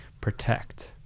protect